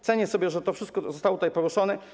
Cenię sobie, że to wszystko zostało tutaj poruszone.